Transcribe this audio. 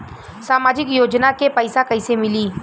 सामाजिक योजना के पैसा कइसे मिली?